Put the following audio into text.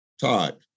Todd